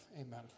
Amen